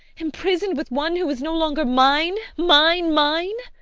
imprisoned with one who is no longer mine, mine, mine!